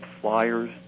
flyers